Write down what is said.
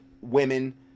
women